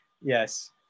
Yes